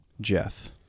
Jeff